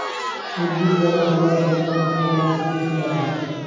উদ্ভিদ বড় করার জন্যে অনেক রকমের পুষ্টি লাগে